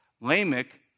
Lamech